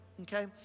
okay